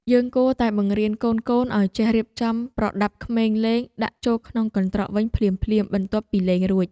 យើងគួរតែបង្រៀនកូនៗឱ្យចេះរៀបចំប្រដាប់ក្មេងលេងដាក់ចូលក្នុងកន្ត្រកវិញភ្លាមៗបន្ទាប់ពីលេងរួច។